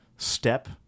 Step